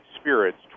spirits